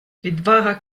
відвага